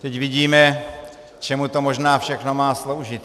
Teď vidíme, k čemu to možná všechno má sloužit.